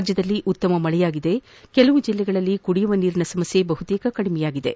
ರಾಜ್ವದಲ್ಲಿ ಉತ್ತಮ ಮಳೆಯಾಗಿದ್ದು ಕೆಲವು ಜಿಲ್ಲೆಗಳಲ್ಲಿ ಕುಡಿಯುವ ನೀರಿನ ಸಮಸ್ಥೆ ಬಹುತೇಕ ಕಡಿಮೆಯಾಗಿದೆ